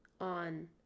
on